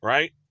Right